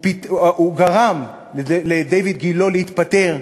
הוא גרם לדיויד גילה להתפטר,